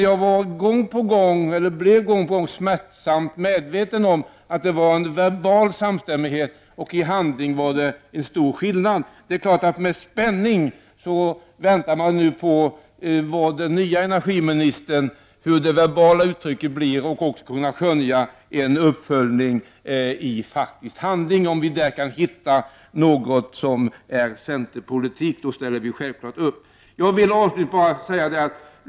Jag blev dock gång på gång smärtsamt medveten om att det var fråga om en verbal samstämmighet medan skillnaden var stor i handling. Nu väntar jag med spänning på hur det verbala uttrycket blir hos den nya energiministern och om det går att skönja en uppföljning i faktisk handling. Om vi där kan hitta något som liknar centerpolitik, ställer vi oss självfallet bakom.